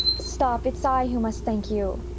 stop! it's i who must thank you.